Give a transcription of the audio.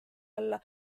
alla